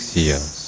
years